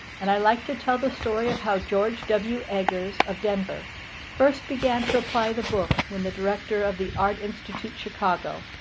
and i like to tell the story of how george w. eggers of denver first began to apply the book when the director of the art institute, chicago,